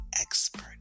expert